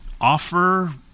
offer